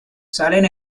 salen